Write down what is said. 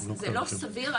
אז זה לא סביר.